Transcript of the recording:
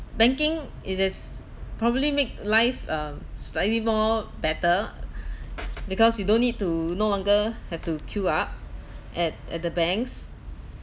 banking it is probably make life um slightly more better because you don't need to no longer have to queue up at at the banks